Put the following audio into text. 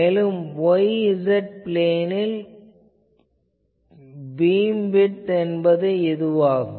மேலும் y z பிளேனில் beamwidth என்பது இதுவாகும்